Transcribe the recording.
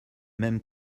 même